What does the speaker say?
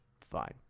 fine